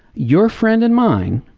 your friend and mine,